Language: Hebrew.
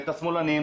את השמאלניים,